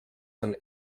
son